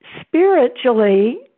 Spiritually